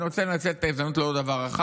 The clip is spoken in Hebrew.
אני רוצה לנצל את ההזדמנות לעוד דבר אחד.